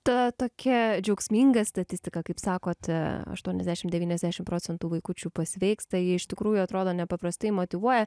ta tokia džiaugsminga statistika kaip sakot aštuoniasdešim devyniasdešim procentų vaikučių pasveiksta ji iš tikrųjų atrodo nepaprastai motyvuoja